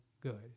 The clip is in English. good